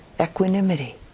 equanimity